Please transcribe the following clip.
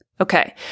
Okay